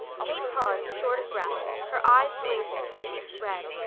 kate paused, short of breath, her eyes blazing, her cheeks red.